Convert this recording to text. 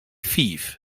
fiif